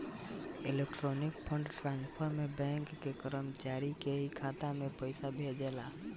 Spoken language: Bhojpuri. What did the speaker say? इलेक्ट्रॉनिक फंड ट्रांसफर में बैंक के कर्मचारी के ही खाता में पइसा भेजाला